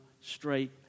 straight